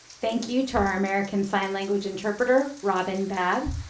thank you to our american sign language interpreter, robin babb.